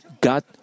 God